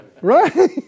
Right